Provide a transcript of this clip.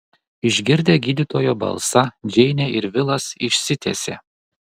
išgirdę gydytojo balsą džeinė ir vilas išsitiesė